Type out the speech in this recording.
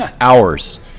Hours